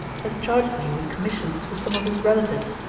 has charged me with commissions to some of his relatives.